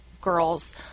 girls